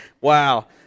wow